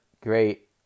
great